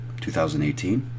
2018